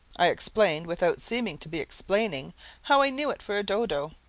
i explained without seeming to be explaining how i know it for a dodo,